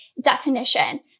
definition